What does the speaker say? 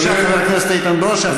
בבקשה, חבר הכנסת איתן ברושי.